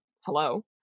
hello